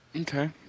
Okay